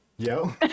Yo